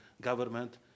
government